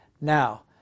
Now